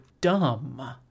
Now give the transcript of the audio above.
dumb